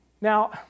Now